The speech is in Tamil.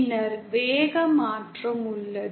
பின்னர் வேக மாற்றம் உள்ளது